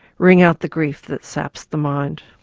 ring out the grief that saps the mind